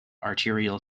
arterial